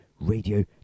Radio